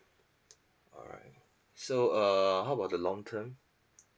alright so err how about the long term